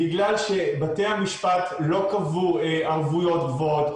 בגלל שבתי המשפט לא קבעו ערבויות גבוהות,